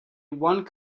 one